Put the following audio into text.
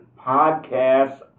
podcasts